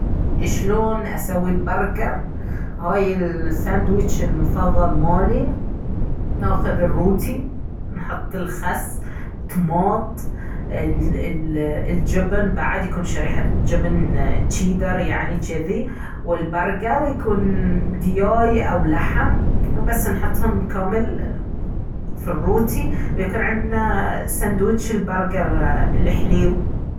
اشلون اسوي البرجر هاي الساندويتش المفضل مالي ناخذ الروتي ونحط الخس طماط الجبن بعد يكون شريحة جبن تشيدر يعني جذي والبرجر يكون دياي أو لحم وبس نحطهم كامل في الروتي ويكون عندنا ساندويتش البرجر الحليو